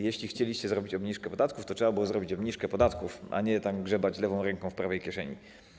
Jeśli chcieliście zrobić obniżkę podatków, to trzeba było zrobić obniżkę podatków, a nie grzebać lewą ręką w prawej kieszeni.